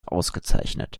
ausgezeichnet